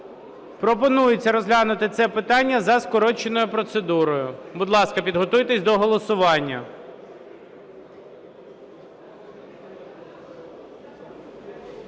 Пропонується розглянути це питання за скороченою процедурою. Будь ласка, підготуйтесь до голосування.